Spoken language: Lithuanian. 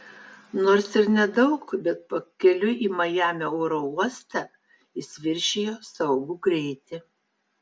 nors ir nedaug bet pakeliui į majamio oro uostą jis viršijo saugų greitį